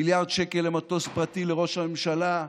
מיליארד שקל למטוס פרטי לראש הממשלה.